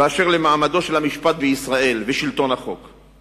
באשר למעמדו של המשפט ושלטון החוק בישראל.